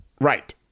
Right